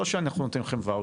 לא שאנחנו נותנים לכם ואוצ'ר,